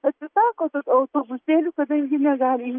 atsisako autobusėlių kadangi negali